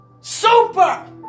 super